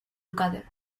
lukather